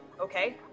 Okay